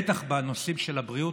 בטח בנושאים של הבריאות,